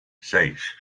seis